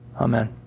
Amen